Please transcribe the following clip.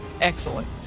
Excellent